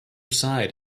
side